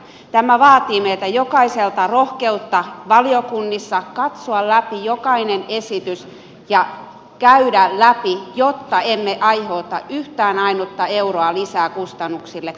tämä vaatii meiltä jokaiselta rohkeutta valiokunnissa katsoa läpi ja käydä läpi jokainen esitys jotta emme aiheuta yhtään ainutta euroa lisää kustannuksia kunnille